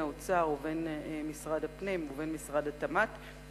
האוצר ובין משרד הפנים ובין משרד התמ"ת,